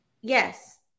Yes